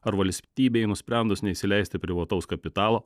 ar valstybei nusprendus neįsileisti privataus kapitalo